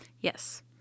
Yes